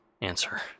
Answer